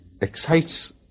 excites